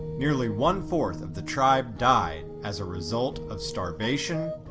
nearly one-fourth of the tribe died as a result of starvation,